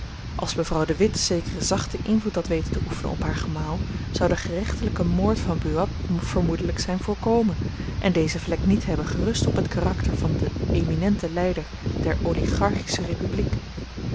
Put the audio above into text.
als mevrouw de witt zekeren zachten invloed had weten te oefenen op haar gemaal zou de gerechtelijke moord van buat vermoedelijk zijn voorkomen en deze vlek niet hebben gerust op het karakter van den eminenten leider der oligarchische republiek